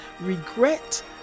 regret